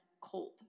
cold